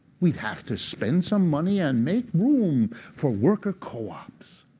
we have to spend some money and make room for worker co-ops.